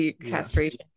castration